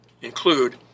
include